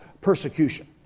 persecution